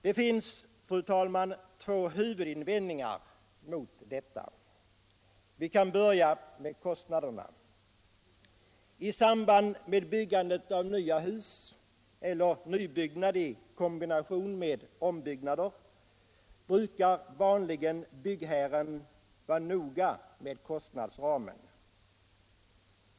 Det finns två huvudinvändningar mot detta. Vi kan börja med kostnaderna. I samband med byggandet av nva hus eller nybyggnad i kombination med ombyggnad brukar vanligen byggherren vara noga med kostnadsramen.